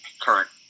current